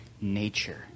nature